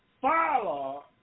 follow